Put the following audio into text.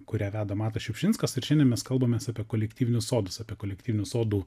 kurią veda matas šiupšinskas ir šiandien mes kalbamės apie kolektyvinius sodus apie kolektyvinių sodų